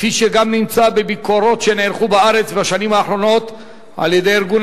כפי שגם נמצא בביקורות שנערכו בארץ בשנים האחרונות על-ידי ארגון